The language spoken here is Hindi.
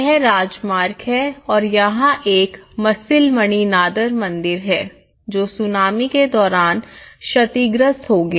यह राजमार्ग है और यहां एक मसिलमणि नादर मंदिर है जो सूनामी के दौरान क्षतिग्रस्त हो गया